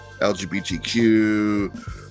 LGBTQ